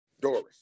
Doris